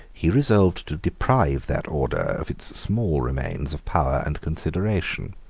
he resolved to deprive that order of its small remains of power and consideration.